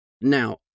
Now